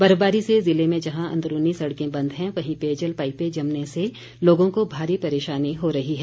बर्फबारी से जिले में जहां अंदरूनी सड़के बंद हैं वहीं पेयजल पाइपें जमने से लोगों को भारी परेशानी हो रही है